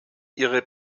ihre